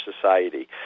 society